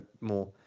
more